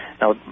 Now